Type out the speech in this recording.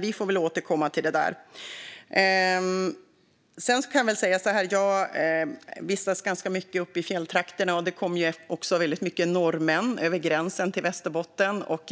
Vi får väl återkomma till det. Jag vistas ganska mycket uppe i fjälltrakterna. Det kommer väldigt mycket norrmän över gränsen till Västerbotten.